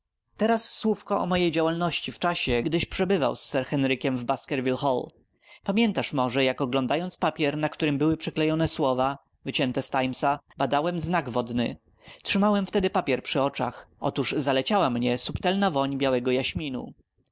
teraz słówko o mojej działalności w czasie gdyś przebywał z sir henrykiem w baskerville hall pamiętasz może jak oglądając papier na którym były przyklejone słowa wycięte z timesa badałem znak wodny trzymałem wtedy papier przy oczach otóż zaleciała mnie subtelna woń białego jaśminu